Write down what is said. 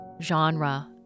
genre